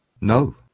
No